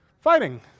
Fighting